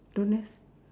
don't have